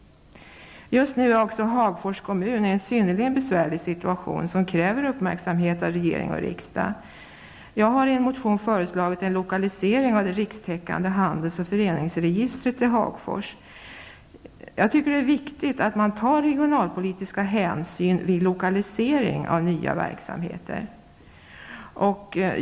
Hagfors kommun har just nu också en synnerligen besvärlig situation som kräver uppmärksamhet av regering och riksdag. Jag har i en motion föreslagit en lokalisering av det rikstäckande handels och föreningsregistret till Hagfors. Det är viktigt att ta regionalpolitisk hänsyn vid lokalisering av nya verksamheter.